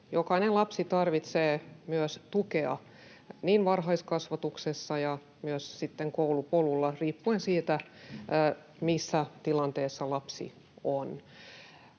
jokainen lapsi tarvitsee myös tukea niin varhaiskasvatuksessa kuin myös sitten koulupolulla riippuen siitä, missä tilanteessa lapsi on.